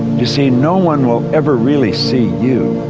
you see, no one will ever really see you,